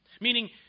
Meaning